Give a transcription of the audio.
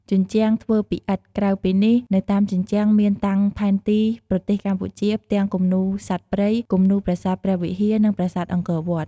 ជញ្ជាំងធ្វើពីឥដ្ឋ ក្រៅពីនេះនៅតាមជញ្ជាំងមានតាំងផែនទី ប្រទេសកម្ពុជា ផ្ទាំងគំនូរសត្វព្រៃ គំនូរប្រាសាទព្រះវិហារ និងប្រាសាទអង្គរវត្ត។